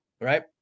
right